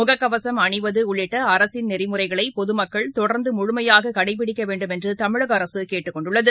முகக்கவசம் அணிவதுஉள்ளிட்டஅரசின் நெறிமுறைகளைபொதுமக்கள் தொடர்ந்தமுழமையாககடைபிடிக்கவேண்டும் என்றுதமிழகஅரசுகேட்டுக்கொண்டுள்ளது